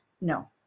No